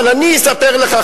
אבל אני אספר לך,